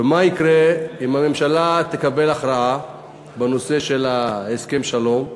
ומה יקרה אם הממשלה תקבל הכרעה בנושא של הסכם השלום,